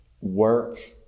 work